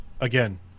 again